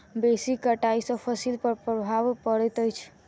बेसी कटाई सॅ फसिल पर प्रभाव पड़ैत अछि